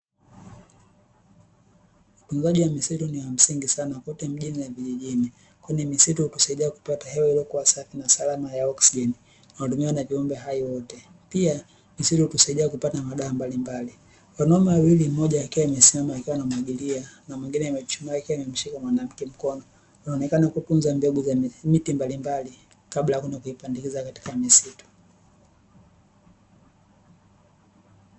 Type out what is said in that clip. Utunzaji wa misitu ni wa msingi sana kote mjini na vijijini kwani misitu hutusaidia kupata hewa iliyokuwa safi na salama ya oksijeni inayotumiwa na viumbe hai wote, pia misitu utusaidia kupata madawa mbalimbali. Wanaume wawili mmoja akiwa amesimama akiwa anamwagilia na mwingine amechuchumaa akiwa amemshika mwanamke mkono, inaonekana kutunza mbegu za miti mbalimbali kabla ya kwenda kuipandikiza katika misitu.